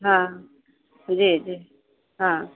हँ जी जी हँ